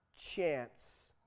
chance